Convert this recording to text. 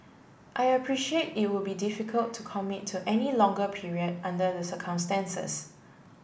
I appreciate it would be difficult to commit to any longer period under the circumstances